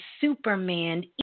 Superman